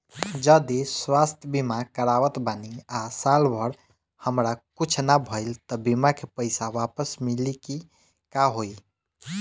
जदि स्वास्थ्य बीमा करावत बानी आ साल भर हमरा कुछ ना भइल त बीमा के पईसा वापस मिली की का होई?